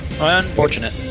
unfortunate